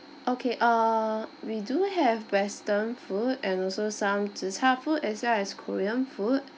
okay err we do have western food and also some zi char food as well as korean food